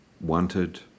wanted